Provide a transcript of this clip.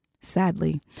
Sadly